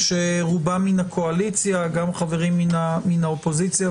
שרובם מן הקואליציה גם חברים מן האופוזיציה,